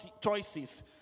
choices